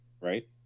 right